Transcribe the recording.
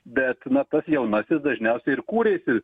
bet mat tas jaunasis dažniausiai ir kūrėsi